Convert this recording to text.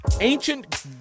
ancient